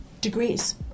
degrees